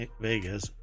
Vegas